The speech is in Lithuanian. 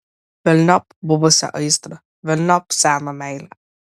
velniop buvusią aistrą velniop seną meilę